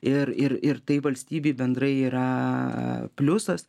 ir ir ir tai valstybei bendrai yra pliusas